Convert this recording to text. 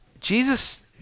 Jesus